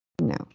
no